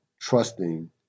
trusting